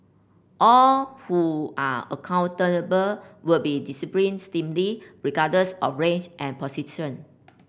all who are accountable will be disciplined steam Lee regardless of range and